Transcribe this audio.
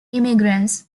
immigrants